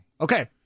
Okay